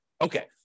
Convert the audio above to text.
Okay